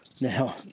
Now